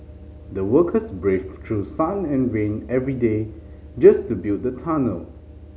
the workers braved through sun and rain every day just to build the tunnel